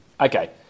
Okay